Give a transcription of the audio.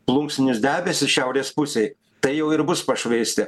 plunksninius debesis šiaurės pusėj tai jau ir bus pašvaistė